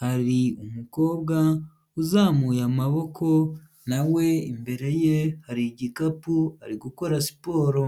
hari umukobwa uzamuye amaboko na we imbere ye hari igikapu ari gukora siporo.